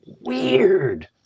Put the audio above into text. weird